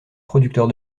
producteur